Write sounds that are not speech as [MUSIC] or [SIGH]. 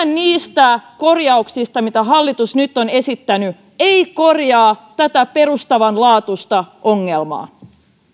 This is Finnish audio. [UNINTELLIGIBLE] niistä korjauksista mitä hallitus nyt on esittänyt ei korjaa tätä perustavanlaatuista ongelmaa